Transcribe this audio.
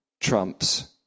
trumps